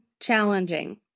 challenging